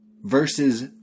versus